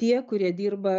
tie kurie dirba